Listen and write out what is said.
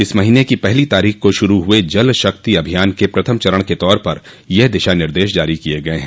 इस महीने की पहली तारीख को शुरू हुए जल शक्ति अभियान के प्रथम चरण के तौर पर यह दिशा निर्देश जारी किए गए हैं